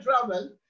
travel